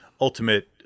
ultimate